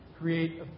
create